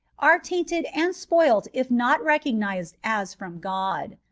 are tainted and spoilt if not recognised as from god.